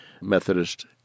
Methodist